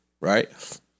right